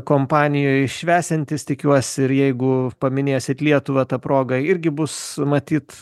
kompanijoj švęsiantis tikiuosi ir jeigu paminėsit lietuvą ta proga irgi bus matyt